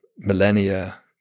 millennia